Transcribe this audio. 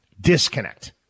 disconnect